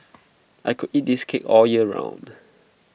I could eat this cake all year round